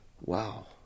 wow